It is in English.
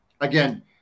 Again